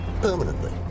permanently